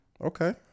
Okay